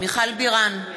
מיכל בירן,